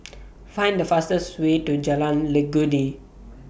Find The fastest Way to Jalan Legundi